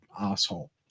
asshole